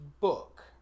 book